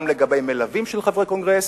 גם לגבי מלווים של חברי קונגרס,